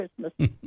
Christmas